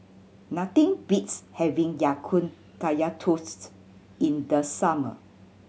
nothing beats having Ya Kun Kaya Toast in the summer